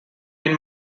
been